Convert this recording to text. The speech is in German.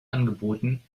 angeboten